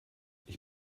ich